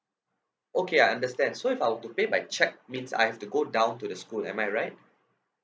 okay I understand so if I were to pay by cheque means I have to go down to the school am I right